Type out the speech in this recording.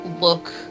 look